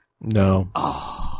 No